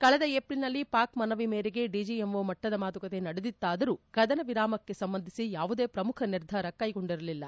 ಕಳೆದ ಏಪ್ರಿಲ್ನಲ್ಲಿ ಪಾಕ್ ಮನವಿಯ ಮೇರೆಗೆ ಡಿಜಿಎಂಬ ಮಟ್ಟದ ಮಾತುಕತೆ ನಡೆದಿತ್ತಾದರೂ ಕದನ ವಿರಾಮಕ್ಕೆ ಸಂಬಂಧಿಸಿ ಯಾವುದೇ ಪ್ರಮುಖ ನಿರ್ಧಾರ ಕೈಗೊಂಡಿರಲಿಲ್ಲ